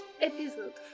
Episode